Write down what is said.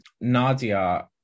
Nadia